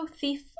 thief